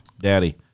daddy